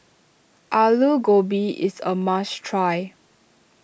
Aloo Gobi is a must try